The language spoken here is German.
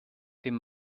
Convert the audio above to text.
dem